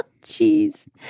Jeez